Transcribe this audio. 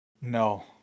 no